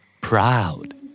Proud